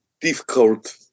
difficult